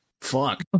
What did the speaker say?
Fuck